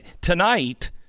tonight